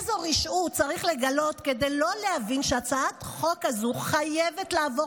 איזו רשעות צריך לגלות כדי לא להבין שהצעת חוק כזאת חייבת לעבור